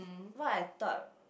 what I thought